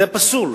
זה פסול.